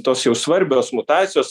tos jau svarbios mutacijos